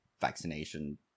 vaccination